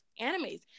animes